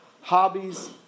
hobbies